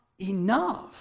enough